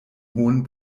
hohen